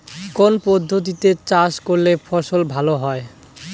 কোন পদ্ধতিতে চাষ করলে ফসল ভালো হয়?